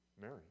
Mary